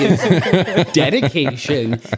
dedication